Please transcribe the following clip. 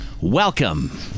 Welcome